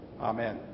Amen